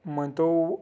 مٲنتو